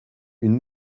une